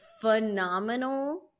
phenomenal